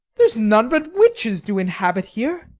there's none but witches do inhabit here,